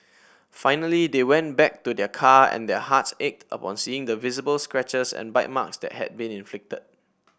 finally they went back to their car and their hearts ached upon seeing the visible scratches and bite marks that had been inflicted